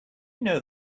know